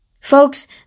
Folks